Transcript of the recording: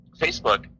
Facebook